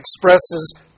expresses